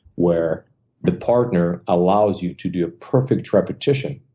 where the partner allows you to do a perfect repetition,